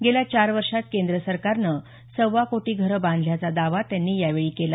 गेल्या चार वर्षात केंद्र सरकारनं सव्वा कोटी घरं बांधल्याचा दावा त्यांनी यावेळी केला